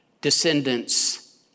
descendants